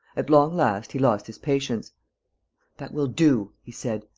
at long last, he lost his patience that will do! he said.